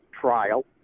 trial